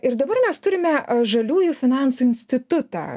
ir dabar mes turime žaliųjų finansų institutą